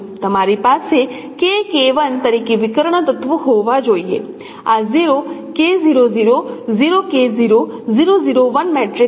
તમારી પાસે k k 1 તરીકે વિકર્ણ તત્વો હોવા જોઈએ આ 0 છે